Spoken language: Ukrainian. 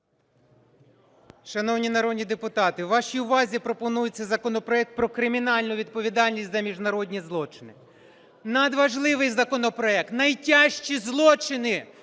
Шановні народні депутати, вашій увазі пропонується законопроект про кримінальну відповідальність за міжнародні злочини. Надважливий законопроект. Найтяжчі злочини,